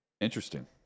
Interesting